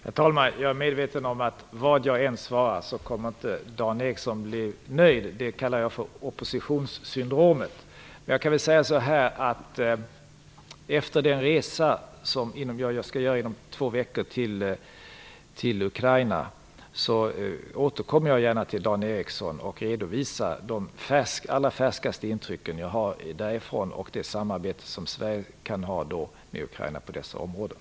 Herr talman! Jag är medveten om att Dan Ericsson inte kommer att bli nöjd vad jag än svarar. Det kallar jag för oppositionssyndromet. Efter den resa som jag skall göra inom två veckor till Ukraina återkommer jag gärna till Dan Ericsson och redovisar de allra färskaste intrycken jag har om det samarbete Sverige kan ha med Ukraina på dessa områden.